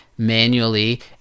Manually